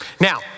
Now